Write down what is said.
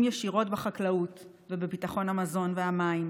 ישירות בחקלאות ובביטחון המזון והמים,